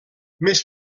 més